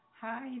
Hi